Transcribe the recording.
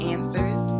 Answers